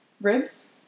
ribs